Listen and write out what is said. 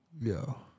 Yo